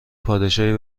پادشاه